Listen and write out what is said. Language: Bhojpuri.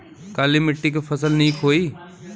काली मिट्टी क फसल नीक होई?